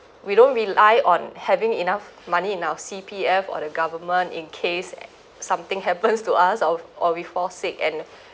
we don't rely on having enough money in our C_P_F or the government in case something happens to us of or we fall sick and